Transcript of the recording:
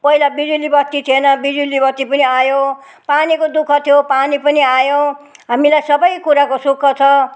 पहिला बिजुली बत्ती थिएन बिजुली बत्ती पनि आयो पानीको दुःख थियो पानी पनि आयो हामीलाई सबै कुराको सुख छ